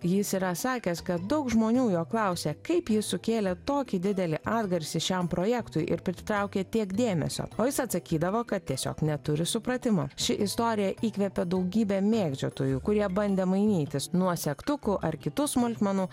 jis yra sakęs kad daug žmonių jo klausė kaip jis sukėlė tokį didelį atgarsį šiam projektui ir pritraukė tiek dėmesio o jis atsakydavo kad tiesiog neturi supratimo ši istorija įkvėpė daugybę mėgdžiotojų kurie bandė mainytis nuo segtukų ar kitų smulkmenų